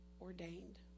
ordained